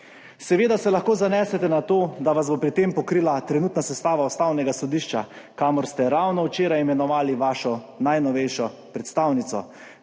Seveda se lahko zanesete na to, da vas bo pri tem pokrila trenutna sestava Ustavnega sodišča, kamor ste ravno včeraj imenovali vašo najnovejšo predstavnico.